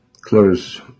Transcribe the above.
close